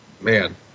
man